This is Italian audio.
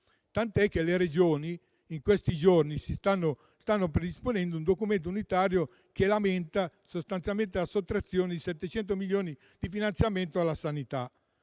tant'è che le Regioni in questi giorni stanno predisponendo un documento unitario che lamenta la sottrazione di 700 milioni di finanziamento alla sanità.